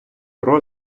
про